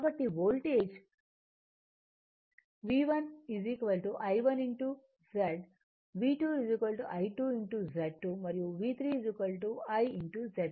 కాబట్టి వోల్టేజ్V1 I1 Z1 V2 I 2 Z2 మరియు V3 I Z 3